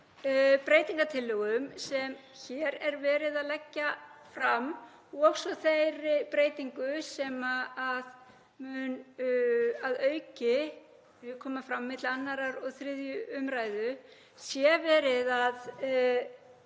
breytingartillögum sem hér er verið að leggja fram og svo þeirri breytingu sem mun að auki koma fram milli 2. og 3. umræðu sé verið að